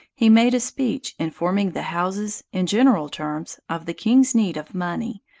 he made a speech, informing the houses, in general terms, of the king's need of money,